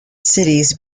cities